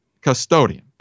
custodian